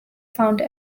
found